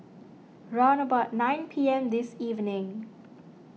round about nine P M this evening